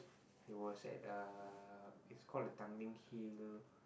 it was at uh it's called Tanglin-Hill